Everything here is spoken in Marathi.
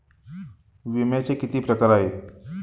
विम्याचे किती प्रकार आहेत?